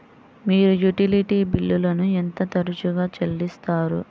మీరు యుటిలిటీ బిల్లులను ఎంత తరచుగా చెల్లిస్తారు?